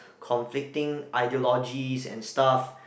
conflicting ideologies and stuff